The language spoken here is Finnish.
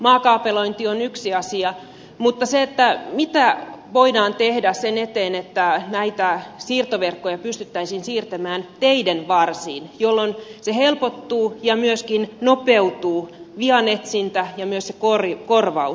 maakaapelointi on yksi asia mutta mitä voidaan tehdä sen eteen että näitä siirtoverkkoja pystyttäisiin siirtämään teiden varsiin jolloin helpottuu ja myöskin nopeutuu se vian etsintä ja myös se korvaus